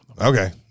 Okay